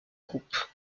groupe